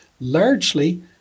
largely